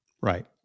Right